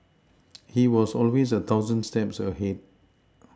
he was always a thousand steps ahead